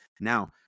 Now